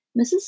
Mrs